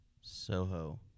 Soho